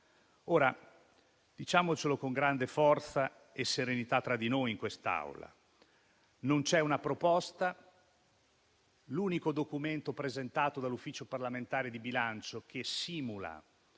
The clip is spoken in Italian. Diciamoci con grande forza e serenità tra di noi in quest'Aula che non c'è una proposta. L'unico documento presentato dall'Ufficio parlamentare di bilancio che simula